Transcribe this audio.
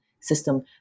system